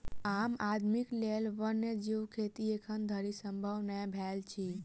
आम आदमीक लेल वन्य जीव खेती एखन धरि संभव नै भेल अछि